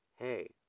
hey